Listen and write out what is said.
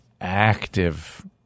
active